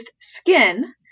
skin